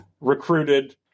recruited